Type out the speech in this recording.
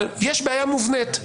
אבל יש בעיה מובנית,